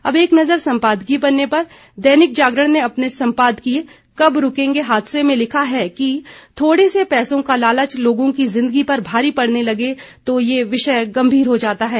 अब एक नज़र सम्पादकीय पन्ने पर दैनिक जागरण ने अपने सम्पादकीय कब रुकेंगे हादसे में लिखा है कि थोड़े से पैसों का लालच लोगों की जिन्दगी पर भारी पड़ने लगे तो यह विषय गम्भीर हो जाता है